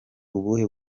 ubuhe